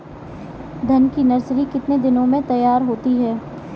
धान की नर्सरी कितने दिनों में तैयार होती है?